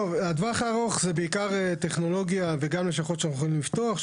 דבר אחרון זה בעיקר טכנולוגיה וגם לשכות שאנחנו הולכים לפתוח,